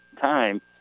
time